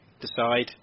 decide